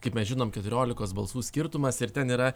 kaip mes žinom keturiolikos balsų skirtumas ir ten yra